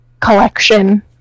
collection